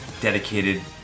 dedicated